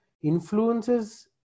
influences